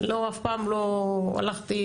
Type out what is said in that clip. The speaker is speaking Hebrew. אף פעם לא הלכתי,